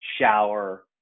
shower